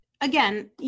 again